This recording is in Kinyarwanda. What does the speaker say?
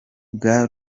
bwa